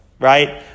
right